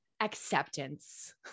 acceptance